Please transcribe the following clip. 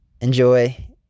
Enjoy